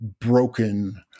broken